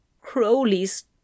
Crowley's